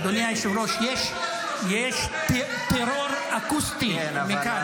אדוני היושב-ראש, יש טרור אקוסטי מכאן.